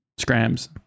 scrams